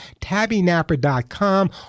tabbynapper.com